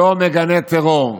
לא מגנה טרור.